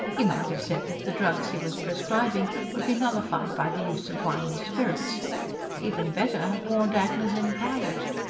he might have said that the drugs he was prescribing would be nullified by the use of wine or spirits even better, have warned agnes in private.